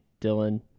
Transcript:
Dylan